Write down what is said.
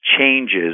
changes